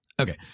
Okay